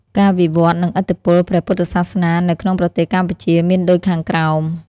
ការវិវឌ្ឍន៍ និងឥទ្ធិពលព្រះពុទ្ធសាសនានៅក្នុងប្រទេសកម្ពុជាមានដូចខាងក្រោម។